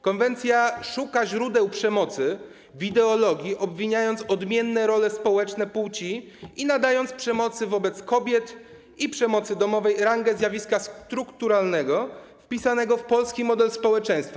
Konwencja szuka źródeł przemocy w ideologii, obwiniając odmienne role społeczne płci i nadając przemocy wobec kobiet i przemocy domowej rangę zjawiska strukturalnego wpisanego w polski model społeczeństwa.